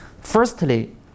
firstly